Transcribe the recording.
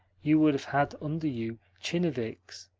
you would have had under you tchinovniks